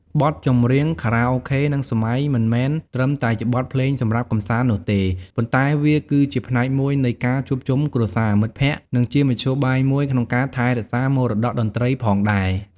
បទចម្រៀងខារ៉ាអូខេ និងសម័យមិនមែនត្រឹមតែជាបទភ្លេងសម្រាប់កម្សាន្តនោះទេ ប៉ុន្តែវាគឺជាផ្នែកមួយនៃ ការជួបជុំគ្រួសារ មិត្តភ័ក្តិ និងជាមធ្យោបាយមួយក្នុងការថែរក្សាមរតកតន្ត្រីផងដែរ។